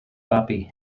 babi